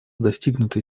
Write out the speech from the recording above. достигнутый